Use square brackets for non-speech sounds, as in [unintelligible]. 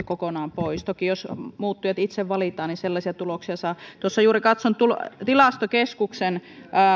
[unintelligible] kokonaan pois toki jos muuttujat itse valitaan niin sellaisia tuloksia saa tuossa juuri katson tilastokeskuksen